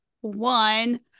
one